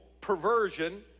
perversion